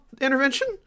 intervention